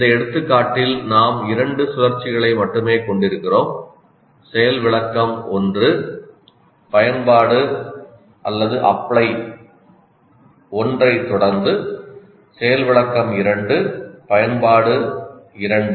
இந்த எடுத்துக்காட்டில் நாம் இரண்டு சுழற்சிகளை மட்டுமே கொண்டிருக்கிறோம் செயல் விளக்கம் 1 பயன்பாடுஅப்ளை 1 ஐத் தொடர்ந்து செயல் விளக்கம் 2 பயன்பாடு 2